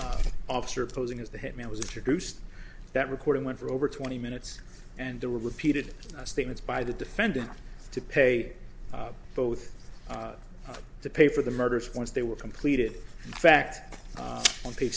officer posing as the hit man was introduced that recording went for over twenty minutes and there were repeated statements by the defendant to pay both to pay for the murders once they were completed the fact on pa